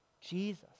Jesus